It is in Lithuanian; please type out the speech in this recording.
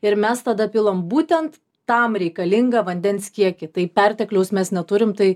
ir mes tada pilam būtent tam reikalingą vandens kiekį tai pertekliaus mes neturim tai